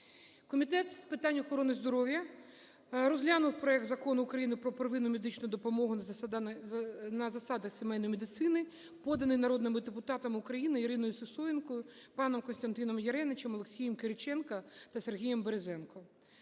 Комітет з питань охорони здоров'я розглянув проект Закону України про первинну медичну допомогу на засадах сімейної медицини, поданий народними депутатами України Іриною Сисоєнко, паном Костянтином Яринічем, Олексієм Кириченко та Сергієм Березенко.